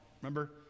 remember